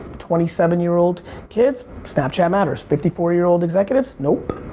twenty seven year old kids, snapchat matters, fifty four year old executives, nope.